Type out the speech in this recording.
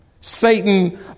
Satan